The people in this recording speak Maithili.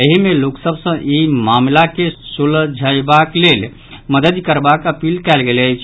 एहि मे लोक सभ सॅ ई मामिला के सुलझयवाक लेल मददि करबाक अपील कयल गेल अछि